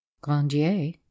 Grandier